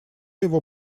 его